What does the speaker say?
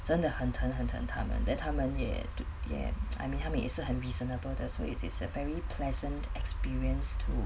真的很疼很疼他们 then 他们也也 I mean 他们也是很 reasonable 的 so it's is a very pleasant experience to